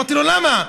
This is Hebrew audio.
אמרתי לו: למה?